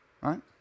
Right